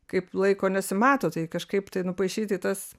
kaip laiko nesimato tai kažkaip tai nupaišyti tas